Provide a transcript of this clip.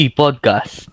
podcast